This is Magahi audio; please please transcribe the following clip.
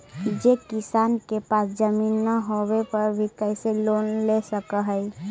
जे किसान के पास जमीन न होवे पर भी कैसे लोन ले सक हइ?